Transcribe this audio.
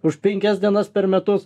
už penkias dienas per metus